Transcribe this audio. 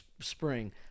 Spring